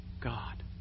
God